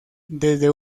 desde